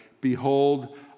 behold